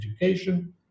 education